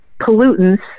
pollutants